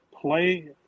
play